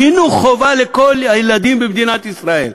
חינוך חובה לכל הילדים במדינת ישראל,